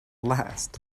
last